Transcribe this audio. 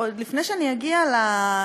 עוד לפני שאני אגיע למהות: